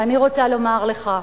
ואני רוצה לומר לך: